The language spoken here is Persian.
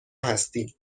هستیم